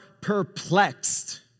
perplexed